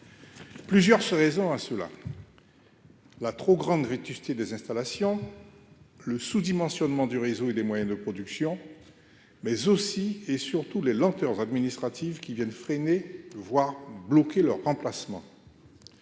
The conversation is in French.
plusieurs se raisons à cela : la trop grande vétusté des installations le sous-dimensionnement du réseau et des moyens de production, mais aussi et surtout les lenteurs administratives qui viennent freiner, voire bloquer leur remplacement,